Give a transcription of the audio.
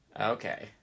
Okay